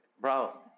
bro